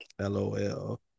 LOL